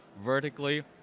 vertically